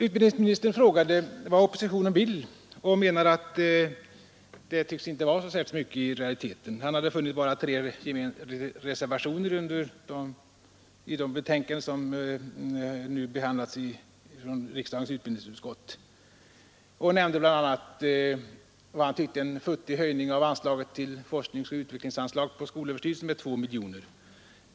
Utbildningsministern frågade vad oppositionen vill och menade att det inte tycks vara så mycket i realiteten. Han hade bara funnit tre reservationer i de betänkanden som nu har behandlats i riksdagens utbildningsutskott. Han nämnde bl.a. att han tyckte det var futtigt med bara en höjning av anslagen till forskning och utbildning för skolöverstyrelsen på 2 miljoner kronor.